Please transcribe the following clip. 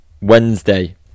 Wednesday